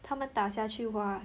他们打下去 !wah!